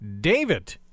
David